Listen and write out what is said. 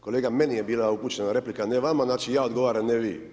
Kolega, meni je bila upućena replika a ne vama, znači ja odgovaram a ne vi.